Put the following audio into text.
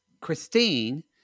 Christine